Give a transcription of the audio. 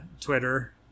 Twitter